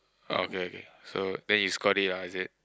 oh okay okay so then you score it ah is it